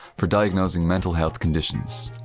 for diagnosing mental health conditions.